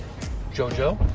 jojo?